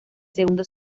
segundo